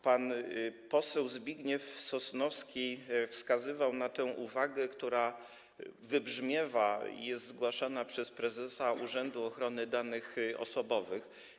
Pan poseł Zbigniew Sosnowski wskazywał na tę uwagę, która tu wybrzmiewa, a jest zgłaszana przez prezesa Urzędu Ochrony Danych Osobowych.